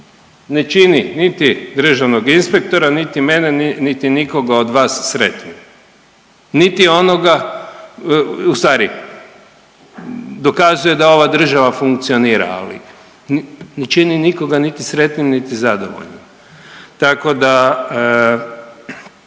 ne čini niti državnog inspektora niti mene, niti nikoga od vas sretnim, niti onoga ustvari dokazuje da ova država funkcionira ali ne čini nikoga niti sretnim, niti zadovoljnim, tako da